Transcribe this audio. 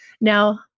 Now